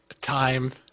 time